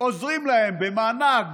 עוזרים להם במענק,